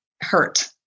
hurt